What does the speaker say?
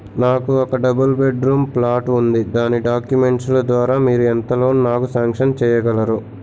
నాకు ఒక double bedroom flat ఉంది దాని డాక్యుమెంట్స్ లు ద్వారా మీరు ఎంత లోన్ నాకు సాంక్షన్ చేయగలరు?